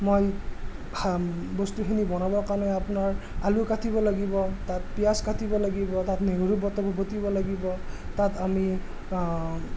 মই বস্তুখিনি বনাবৰ কাৰণে আপোনাৰ আলু কাটিব লাগিব তাত পিয়াঁজ কাটিব লাগিব তাত নহৰু বটা বটিব লাগিব তাত আমি